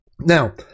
Now